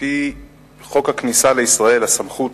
על-פי חוק הכניסה לישראל, הסמכות